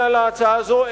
ההצעה הזאת,